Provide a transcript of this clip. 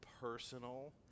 personal